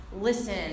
listen